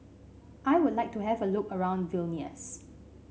I would like to have a look around Vilnius